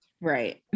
Right